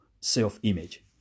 self-image